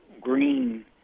green